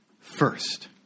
first